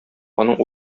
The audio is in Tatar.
аның